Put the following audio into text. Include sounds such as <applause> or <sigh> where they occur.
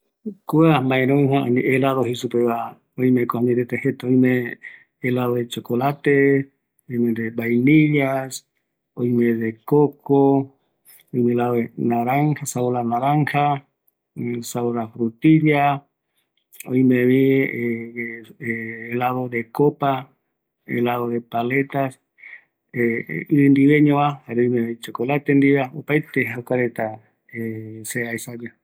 ﻿Kua maerugua helado jei supe va oïme ko Camiri jeta oime, helado de chocolate, oime de vainilla, oime de coco, oime helado de naranja sabor a naranja, sabor a frutilla, oime vi <hesitation> helado de copa, helado de paleta, <hesitation> ɨndiveñova jare oime vi de chocolate ndieva opaete jokua reta <hesitation> se aesague